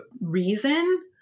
reason